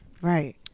right